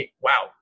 wow